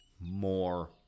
more